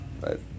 Right